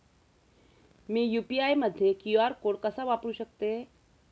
मी UPI मध्ये QR code कसा वापरु शकते?